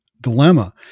dilemma